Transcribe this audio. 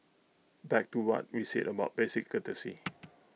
back to what we said about basic courtesy